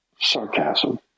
sarcasm